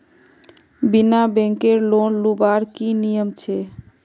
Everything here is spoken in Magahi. बिना बैंकेर लोन लुबार की नियम छे?